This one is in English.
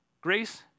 Grace